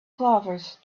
clovers